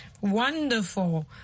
wonderful